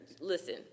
listen